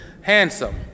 handsome